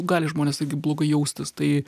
gali žmonės irgi blogai jaustis tai